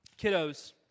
Kiddos